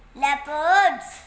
leopards